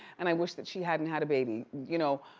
and i wish that she hadn't had a baby. you know,